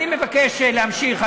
אני מבקש להמשיך.